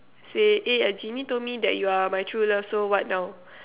say eh a genie told me that you are my true love so what now